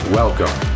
welcome